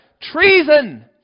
Treason